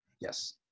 Yes